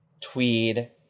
tweed